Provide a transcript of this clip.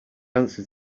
answer